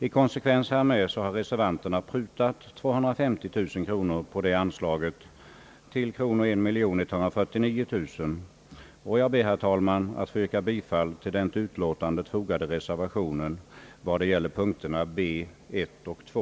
I konsekvens härmed har reservanterna prutat 250000 kronor på detta anslag till 1149 000 kronor. Jag ber, herr talman, att få yrka bifall till den vid utlåtandet fogade reservationen som gäller utskottets hemställan under punkterna B 1 och 2.